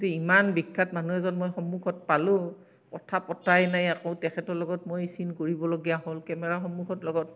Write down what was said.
যে ইমান বিখ্য়াত মানুহ এজন মই সন্মুখত পালোঁ কথা পতাই নাই একো তেখেতৰ লগত মই চিন কৰিবলগীয়া হ'ল কেমেৰা সন্মুখত লগত